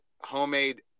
homemade